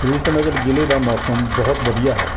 ਰੂਪਨਗਰ ਜ਼ਿਲ੍ਹੇ ਦਾ ਮੌਸਮ ਬਹੁਤ ਵਧੀਆ ਹੈ